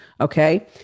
Okay